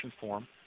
form